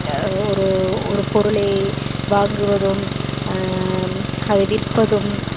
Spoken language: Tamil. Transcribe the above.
ஒரு ஒரு பொருளை வாங்குவதும் அதை விற்பதும்